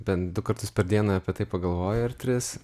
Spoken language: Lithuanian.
bent du kartus per dieną apie tai pagalvoji ar tris